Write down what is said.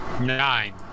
Nine